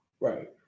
Right